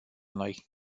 noi